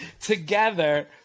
together